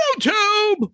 YouTube